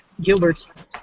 Gilbert